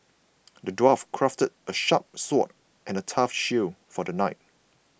the dwarf crafted a sharp sword and a tough shield for the knight